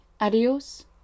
adios